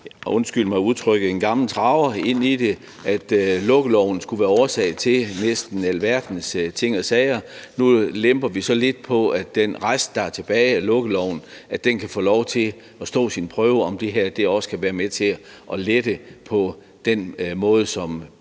undskyld mig udtrykket – er kommet en gammel traver ind i det, altså at lukkeloven næsten skulle være årsagen til alverdens ting og sager. Nu lemper vi så lidt på det, hvor den rest, der er tilbage af lukkeloven, kan få lov til at stå sin prøve, og det her også kan være med til at lette på den måde, som